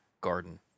garden